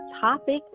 topic